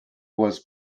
was